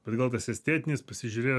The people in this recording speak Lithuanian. bet gal tas estetinis pasižiūrėjo